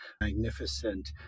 magnificent